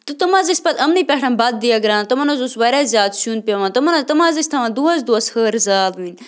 تہٕ تِم حظ ٲسۍ پَتہٕ یِمنٕے پٮ۪ٹھ بَتہٕ دیگ رَنان تِمَن حظ اوس واریاہ زیادٕ سیُن پٮ۪وان تِمَن حظ تِم حظ ٲسۍ تھاوان دۄہَس دۄہَس ۂر زالوٕنۍ